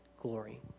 glory